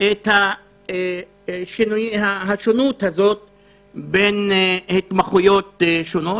את השונות בין התמחויות שונות.